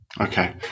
Okay